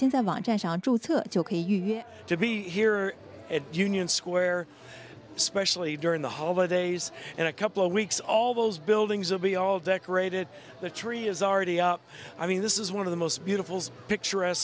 time to be here at union square especially during the holidays and a couple weeks all those buildings will be all decorated the tree is already up i mean this is one of the most beautiful picture